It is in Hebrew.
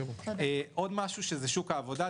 עוד משהו בקשר לשוק העבודה,